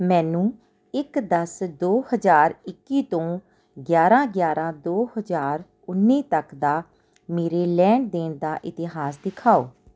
ਮੈਨੂੰ ਇੱਕ ਦਸ ਦੋ ਹਜ਼ਾਰ ਇੱਕੀ ਤੋਂ ਗਿਆਰ੍ਹਾਂ ਗਿਆਰ੍ਹਾਂ ਦੋ ਹਜ਼ਾਰ ਉੱਨੀ ਤੱਕ ਦਾ ਮੇਰੇ ਲੈਣ ਦੇਣ ਦਾ ਇਤਿਹਾਸ ਦਿਖਾਓ